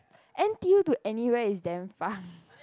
N_T_U to anywhere is damn far